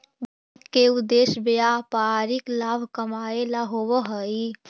bank के उद्देश्य व्यापारिक लाभ कमाएला होववऽ हइ